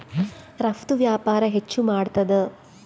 ರಫ್ತು ವ್ಯಾಪಾರ ಹೆಚ್ಚು ಮಾಡ್ತಾದ